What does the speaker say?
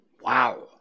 Wow